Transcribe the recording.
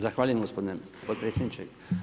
Zahvaljujem gospodine potpredsjedniče.